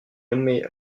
nommé